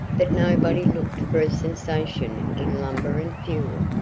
but nobody looked for a sensation in lumber and fuel.